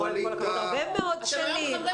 מעבר ל-9 ימים,